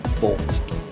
bolt